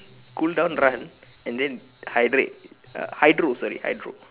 cool down run and then hydrate uh hydro sorry hydro